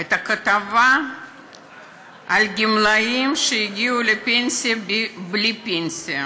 את הכתבה על הגמלאים שהגיעו לפנסיה בלי פנסיה,